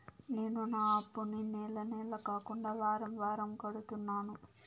నేను నా అప్పుని నెల నెల కాకుండా వారం వారం కడుతున్నాను